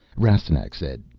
rastignac said,